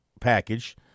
package